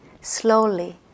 slowly